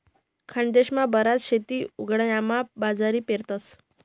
खानदेशमा बराच शेतकरी उंडायामा बाजरी पेरतस